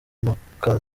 muka